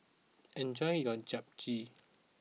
enjoy your Japchae